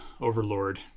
Overlord